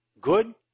Good